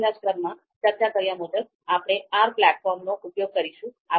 આ અભ્યાસક્રમમાં ચર્ચા કર્યા મુજબ આપણે R પ્લેટફોર્મનો ઉપયોગ કરીશું